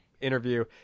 interview